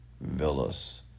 villas